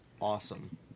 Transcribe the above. awesome